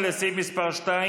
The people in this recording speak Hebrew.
לסעיף מס' 2,